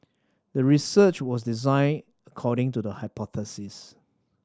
the research was designed according to the hypothesis